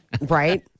Right